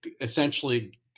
essentially